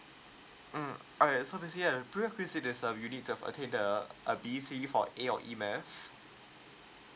um alright so basically right prerequisites is uh you need to attain the a B three or A on E math